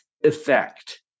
effect